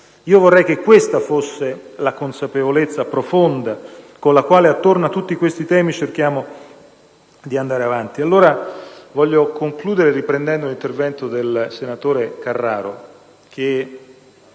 Vorrei che questa fosse la consapevolezza profonda con la quale, attorno a tutti questi temi, cerchiamo di andare avanti. Voglio concludere riprendendo l'intervento del senatore Carraro,